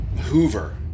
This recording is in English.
Hoover